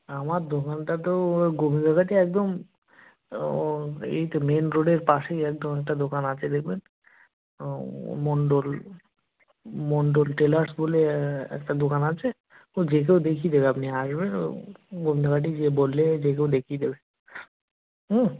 আমার দোকানটা তো দাদা গোবিন্দঘাটে একদম এই তো মেন রোডের পাশেই একদম একটা দোকান আছে দেখবেন মন্ডল মন্ডল টেলার্স বলে একটা দোকান আছে ও যে কেউ দেখিয়ে দেবে আপনি আসবেন ও গোবিন্দঘাটে গিয়ে বললে যে কেউ দেখিয়ে দেবে হুম